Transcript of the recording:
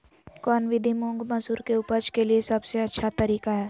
कौन विधि मुंग, मसूर के उपज के लिए सबसे अच्छा तरीका है?